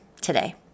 today